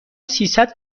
سیصد